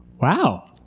Wow